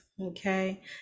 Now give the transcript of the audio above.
okay